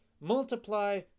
Multiply